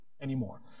anymore